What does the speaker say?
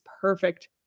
perfect